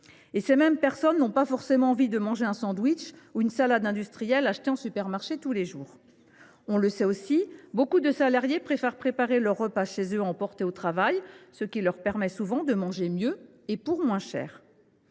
Ces mêmes personnes n’ont pas forcément envie de manger tous les jours un sandwich ou une salade industrielle achetés en supermarché. Nous savons également que beaucoup de salariés préfèrent préparer leurs repas chez eux et l’emporter à leur travail, ce qui leur permet souvent de manger mieux et pour moins cher.